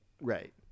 Right